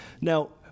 Now